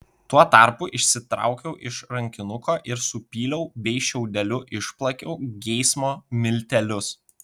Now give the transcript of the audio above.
tuo tarpu išsitraukiau iš rankinuko ir supyliau bei šiaudeliu išplakiau geismo miltelius